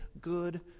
good